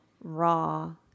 raw